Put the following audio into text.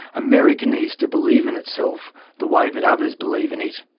america needs to believe in itself the way that others believe in it.